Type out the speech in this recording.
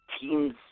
teams